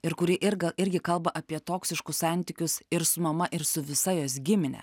ir kuri irga irgi kalba apie toksiškus santykius ir su mama ir su visa jos gimine